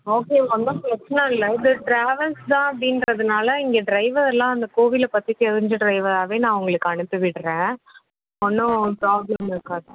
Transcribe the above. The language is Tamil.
ஓகே ஒன்றும் பிரச்சின இல்லை இது ட்ராவல்ஸ் தான் அப்படின்றதுனால இங்கே ட்ரைவரெல்லாம் அந்த கோவிலை பற்றி தெரிஞ்ச ட்ரைவராவே நான் உங்களுக்கு அனுப்பிவிடுறேன் ஒன்றும் ப்ராப்ளம் இருக்காது